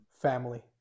Family